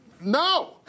No